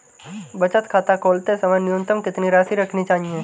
बचत खाता खोलते समय न्यूनतम कितनी राशि रखनी चाहिए?